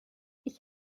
ich